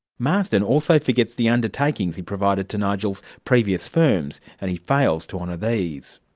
marsden also forgets the undertakings he provided to nigel's previous firms and he fails to honour these.